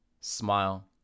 Smile